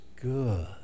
good